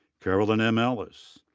carolyn m. ellis.